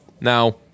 Now